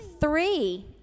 three